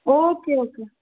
okay okay